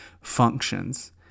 functions